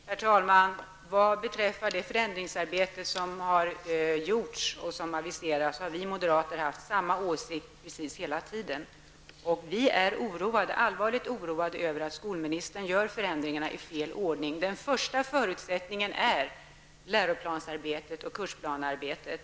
Herr talman! Vad beträffar det förändringsarbetet som har gjorts och som aviserats har vi moderater haft samma åsikt hela tiden. Vi är allvarligt oroade över att skolministern gör förändringarna i fel ordning. Den första förutsättningen är läroplansarbetet och kursplanearbetet.